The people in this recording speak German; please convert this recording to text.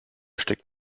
steckt